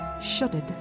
shuddered